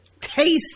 taste